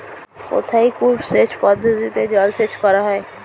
কোথায় কূপ সেচ পদ্ধতিতে জলসেচ করা হয়?